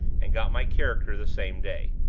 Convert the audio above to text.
and got my character the same day.